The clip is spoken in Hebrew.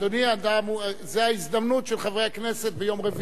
זאת ההזדמנות של חברי הכנסת ביום רביעי